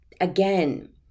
again